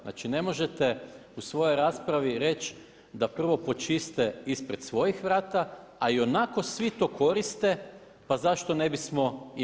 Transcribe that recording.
Znači ne možete u svojoj raspravi reći da prvo počiste ispred svojih vrata a ionako svi to koriste pa zašto ne bismo i mi.